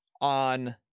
on